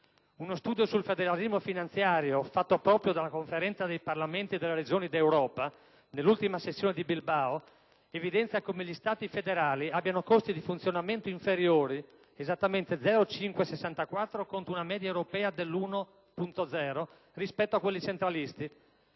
Uno studio sul federalismo finanziario, fatto proprio dalla Conferenza dei Parlamenti delle Regioni d'Europa nell'ultima sessione di Bilbao, evidenzia come gli Stati federali abbiano costi di funzionamento inferiori (0,564 contro una media europea dell'1,000) rispetto a quelli centralisti.